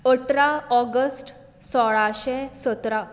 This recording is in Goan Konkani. अठरा ऑगस्ट सोळाशें सतरा